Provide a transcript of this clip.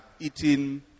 Eating